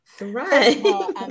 right